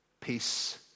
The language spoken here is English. peace